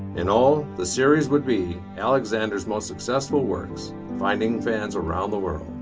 in all the series would be alexander's most successful works finding fans around the world.